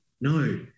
no